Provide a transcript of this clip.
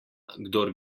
kdor